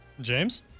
James